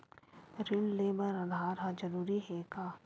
ऋण ले बर आधार ह जरूरी हे का?